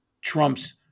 Trump's